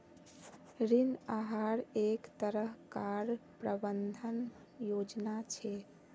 ऋण आहार एक तरह कार प्रबंधन योजना छे